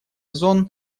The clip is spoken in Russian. зон